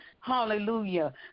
hallelujah